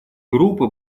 группы